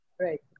Right